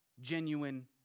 genuine